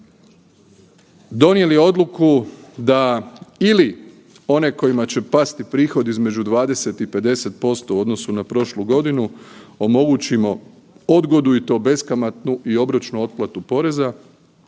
Donijeli odluku da ili one kojima će pasti prihod između 20 i 50% u odnosu na prošlu godinu omogućimo odgodu i to beskamatnu i obročnu otplatu poreza,